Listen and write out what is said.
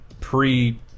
pre